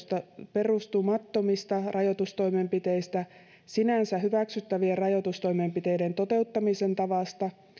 perustumattomista rajoitustoimenpiteistä sinänsä hyväksyttävien rajoitustoimenpiteiden toteuttamisen tavasta